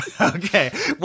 Okay